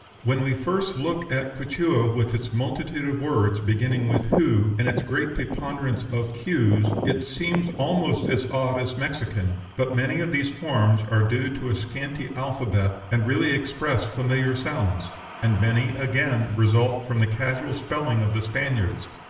when we first look at quichua, with its multitude of words, beginning with hu, and its great preponderance of q's, it seems almost as odd as mexican. but many of these forms are due to a scanty alphabet, and really express familiar sounds and many, again, result from the casual spelling of the spaniards.